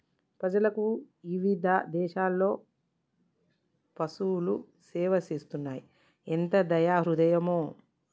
ప్రజలకు ఇవిధ దేసాలలో పసువులు సేవ చేస్తున్నాయి ఎంత దయా హృదయమో